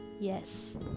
yes